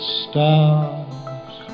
stars